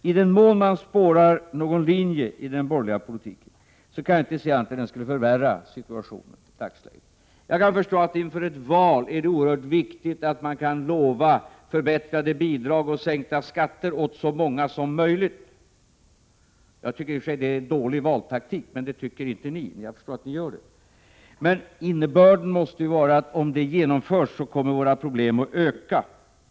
I den mån man spårar någon linje i den borgerliga politiken kan jag inte se annat än att den i dagsläget skulle förvärra situationen. Jag kan förstå att det inför ett val är oerhört viktigt att man kan lova förbättrade bidrag och sänkta skatter åt så många som möjligt. Jag tycker i och för sig att det är dålig valtaktik, men jag förstår att ni inte gör det. Men om detta genomförs kommer våra problem att öka.